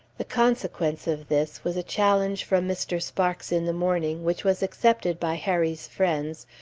the consequence of this was a challenge from mr. sparks in the morning, which was accepted by harry's friends,